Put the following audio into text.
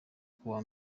kuwa